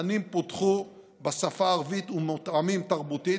התכנים פותחו בשפה הערבית ומתאימים תרבותית.